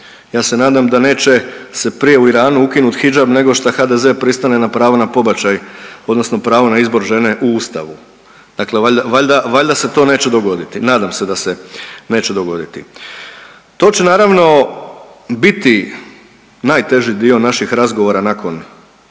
Ja se nadam da neće se prije u Iranu ukinut hidžab nego šta HDZ pristane na pravo na pobačaj odnosno pravo na izbor žene u ustavu, dakle valjda, valjda, valjda se to neće dogoditi, nadam se da se neće dogoditi. To će naravno biti najteži dio naših razgovora nakon